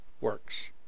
works